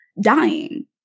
dying